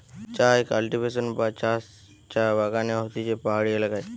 চায় কাল্টিভেশন বা চাষ চা বাগানে হতিছে পাহাড়ি এলাকায়